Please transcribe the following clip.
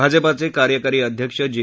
भाजपाचे कार्यकारी अध्यक्ष जे